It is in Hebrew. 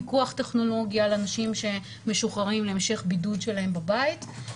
פיקוח טכנולוגיה על אנשים שמשוחררים להמשך בידוד שלהם בבית.